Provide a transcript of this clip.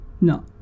no